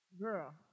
girl